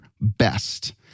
best